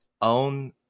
own